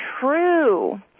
true